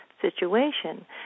situation